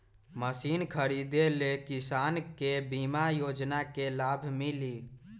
Machine खरीदे ले किसान के बीमा योजना के लाभ मिली?